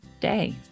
day